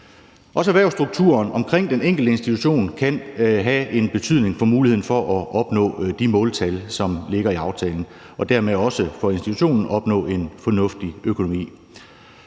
Også erhvervsstrukturen omkring den enkelte institution kan have en betydning for muligheden for at opnå de måltal, som ligger i aftalen, og dermed også for institutionens mulighed for at opnå en fornuftig økonomi.